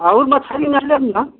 अऊर मछली न लेब न